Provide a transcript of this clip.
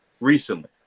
recently